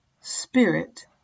spirit